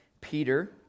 Peter